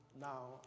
now